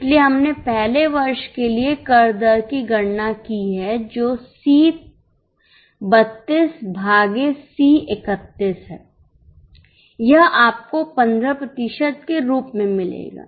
इसलिए हमने पहले वर्ष के लिए कर दर की गणना की है जो C 32 भागे C 31 है यह आपको 15 प्रतिशत के रूप में मिलेगा